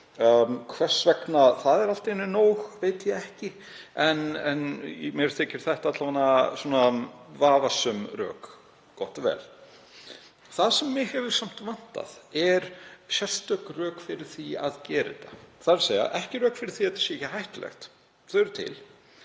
Hvers vegna það er allt í einu nóg veit ég ekki. En mér þykir það allavega vafasöm rök. Gott og vel. Það sem hefur samt vantað er sérstök rök fyrir því að gera þetta, þ.e. ekki rök fyrir því að þetta sé ekki hættulegt, þau eru til,